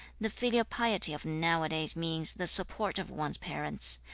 the filial piety of now-a-days means the support of one's parents.